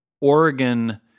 Oregon